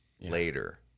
later